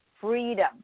freedom